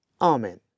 Amen